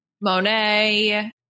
Monet